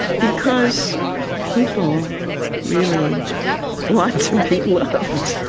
because people really want to be loved,